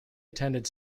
attended